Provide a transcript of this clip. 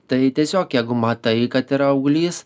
tai tiesiog jeigu matai kad yra auglys